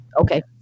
Okay